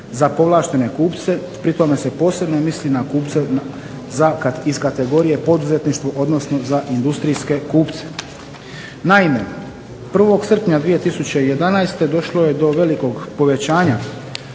za povlaštene kupce. Pri tome se posebno misli na kupce iz kategorije poduzetništvo, odnosno za industrijske kupce. Naime, 1. srpnja 2011. došlo je do velikog povećanja